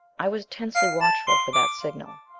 i was tensely watchful for that signal.